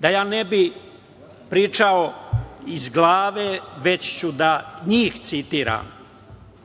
Da ja ne bih pričao iz glave, njih ću da citiram. Dragan